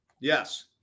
Yes